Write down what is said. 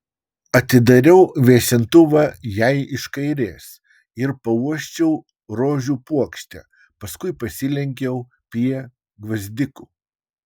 atidariau vėsintuvą jai iš kairės ir pauosčiau rožių puokštę paskui pasilenkiau prie gvazdikų